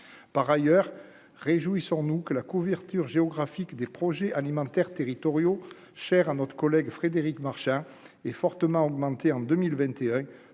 par ailleurs, réjouissons-nous que la couverture géographique des projets alimentaires territoriaux, cher à notre collègue Frédéric Marchand est fortement augmenté en 2021